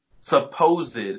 supposed